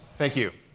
thank you.